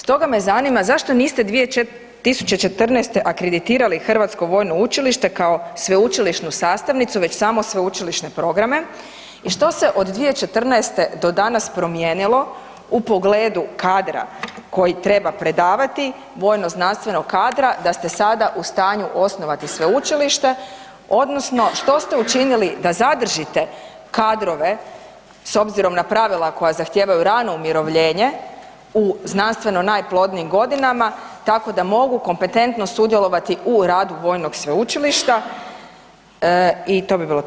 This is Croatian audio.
Stoga me zanima zašto niste 2014. akreditirali Hrvatsko vojno učilište kao sveučilišnu sastavnicu već samo sveučilišne programe i što se od 2014. do danas promijenilo u pogledu kadra koji treba predavati, vojno znanstvenog kadra da ste sada u stanju osnovati sveučilište odnosno što ste učinili da zadržite kadrove s obzirom na pravila koja zahtijevaju rano umirovljenje u znanstveno najplodnijim godinama tako da mogu kompetentno sudjelovati u radu vojnog sveučilišta i to bi bilo to.